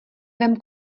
vem